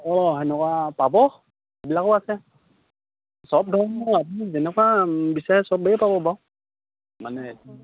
অঁ সেনেকুৱা পাব এইবিলাকো আছে চব ধৰণৰ আপুনি যেনেকুৱা বিচাৰে চবেই পাব বাৰু মানে